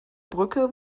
brücke